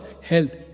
health